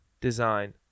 design